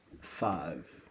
Five